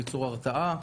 ליצור הרתעה,